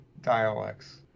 dialects